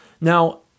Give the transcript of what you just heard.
Now